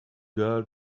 girl